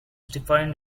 defined